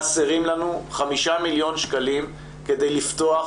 חסרים לנו 5 מיליון שקלים כדי לפתוח